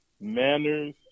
manners